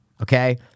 Okay